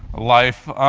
life.